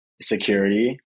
security